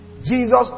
jesus